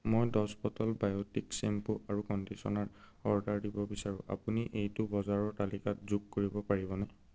মই দহ bottle Biotique shampoo আৰু কণ্ডিচনাৰ অৰ্ডাৰ দিব বিচাৰোঁ আপুনি এইটো বজাৰৰ তালিকাত যোগ কৰিব পাৰিবনে